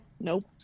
Nope